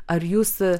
ar jūs